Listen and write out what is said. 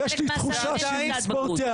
אני זורם איתך, יש לי תחושה שאם נספור תארים